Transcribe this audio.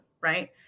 right